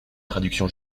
traduction